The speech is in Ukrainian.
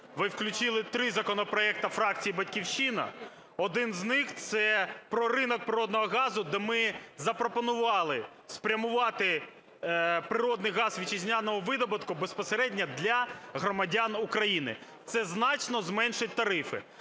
ви включили три законопроекти фракції "Батьківщина". Один з них – це про ринок природного газу, де ми запропонували спрямувати природний газ вітчизняного видобутку безпосередньо для громадян України. Це значно зменшить тарифи.